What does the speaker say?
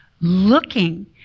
looking